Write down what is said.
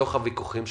בתוך הוויכוחים שלכם.